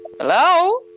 Hello